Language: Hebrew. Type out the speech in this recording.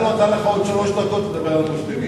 אז הוא נתן לך עוד שלוש דקות לדבר על המוסלמים.